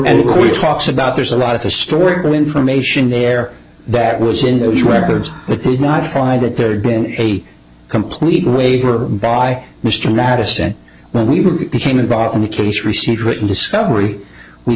anybody talks about there's a lot of historical information there that was in those records but could not find that there had been a complete waiver by mr madison when we became involved in the case received written discovery we